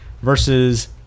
Versus